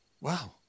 Wow